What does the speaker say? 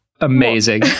Amazing